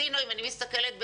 אם אני מסתכלת,